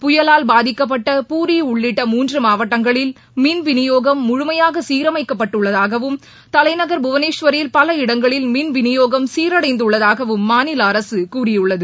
புயலால் பாதிக்கப்பட்ட பூரி உள்ளிட்ட மூன்று மாவட்டங்களில் மின் விநியோகம் முழுமையாக சீரமைக்கப்பட்டுள்ளதாகவும் தலைநகர் புவனேஸ்வரில் பல இடங்களில் மின் விநியோகம் சீரடைந்துள்ளதாகவும் மாநில அரசு கூறியுள்ளது